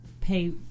pay